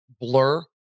blur